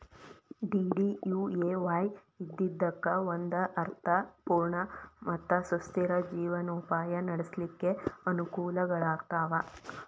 DDUAY ಇದ್ದಿದ್ದಕ್ಕ ಒಂದ ಅರ್ಥ ಪೂರ್ಣ ಮತ್ತ ಸುಸ್ಥಿರ ಜೇವನೊಪಾಯ ನಡ್ಸ್ಲಿಕ್ಕೆ ಅನಕೂಲಗಳಾಗ್ತಾವ